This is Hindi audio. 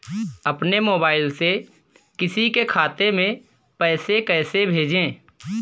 अपने मोबाइल से किसी के खाते में पैसे कैसे भेजें?